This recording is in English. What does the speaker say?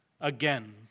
again